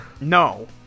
No